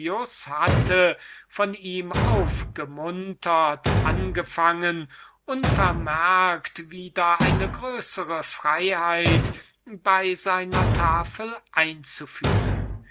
hatte von ihm aufgemuntert angefangen unvermerkt wieder eine größere freiheit bei seiner tafel einzuführen